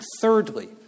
Thirdly